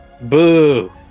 Boo